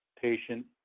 patient